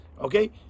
Okay